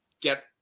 get